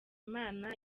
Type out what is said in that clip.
imana